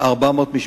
400 משפחות.